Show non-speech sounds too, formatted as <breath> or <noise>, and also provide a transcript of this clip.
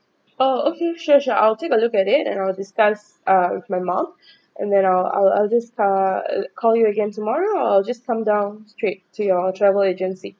uh okay sure sure I'll take a look at it and I will discuss uh with my mom <breath> and then I'll I'll I'll just uh call you again tomorrow or just come down straight to your travel agency